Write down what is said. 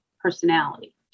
personality